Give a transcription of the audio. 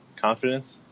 confidence